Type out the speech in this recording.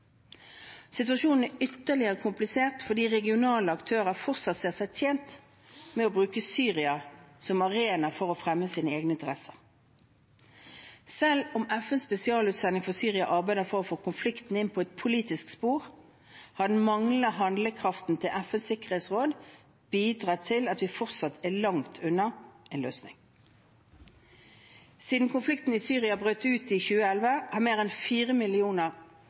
Situasjonen er ytterligere komplisert fordi regionale aktører fortsatt ser seg tjent med å bruke Syria som arena for å fremme sine egne interesser. Selv om FNs spesialutsending for Syria arbeider for å få konflikten inn på et politisk spor, har den manglende handlekraften til FNs sikkerhetsråd bidratt til at vi fortsatt er langt unna en løsning. Siden konflikten i Syria brøt ut i 2011 har mer enn fire millioner